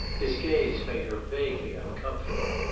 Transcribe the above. his gaze made her vaguely uncomfortable.